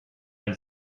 elle